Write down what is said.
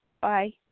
Bye